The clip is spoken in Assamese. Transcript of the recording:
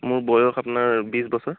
মোৰ বয়স আপোনাৰ বিছ বছৰ